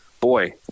boy –